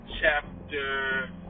chapter